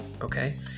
Okay